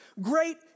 great